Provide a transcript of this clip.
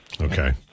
Okay